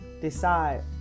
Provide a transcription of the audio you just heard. decide